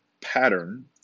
pattern